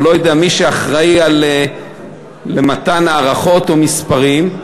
לא יודע, מי שאחראי למתן הערכות או מספרים,